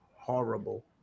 horrible